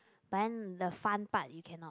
but then the fun part you cannot